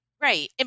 Right